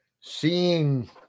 seeing